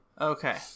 Okay